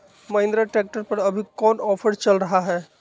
Mahindra tractor पर अभी कोन ऑफर चल रहा है?